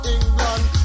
England